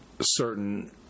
certain